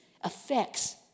affects